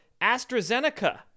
AstraZeneca